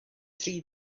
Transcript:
tri